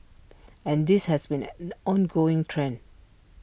and this has been an an ongoing trend